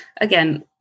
again